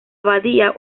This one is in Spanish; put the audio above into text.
abadía